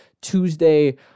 Tuesday